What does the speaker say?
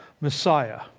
Messiah